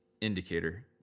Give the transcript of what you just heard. indicator